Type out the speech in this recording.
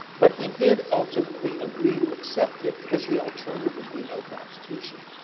but, he did, ultimately, agree to accept it because the alternative would be no constitution.